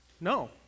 No